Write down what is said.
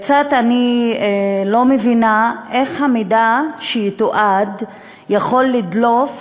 קצת אני לא מבינה איך המידע שיתועד יכול לדלוף